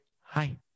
Hi